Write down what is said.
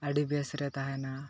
ᱟᱰᱤ ᱵᱮᱥᱨᱮ ᱛᱟᱦᱮᱱᱟ